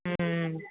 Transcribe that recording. ம் ம்